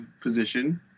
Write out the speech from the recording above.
position